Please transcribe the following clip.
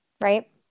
right